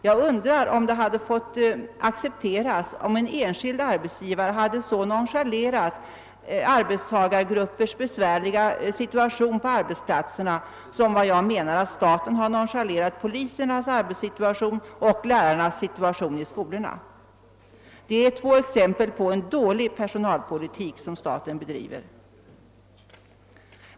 Jag undrar om det hade accepterats om en enskild arbetsgivare i så hög grad nonchalerat arbetstagargruppers besvärliga situation på arbetsplatserna som enligt min mening staten gjort då det gäller polisernas och lärarnas arbetssituation. Detta är två exempel på en dålig statlig personalpolitik.